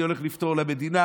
אני הולך לפתור למדינה,